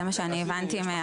זה מה שאני הבנתי.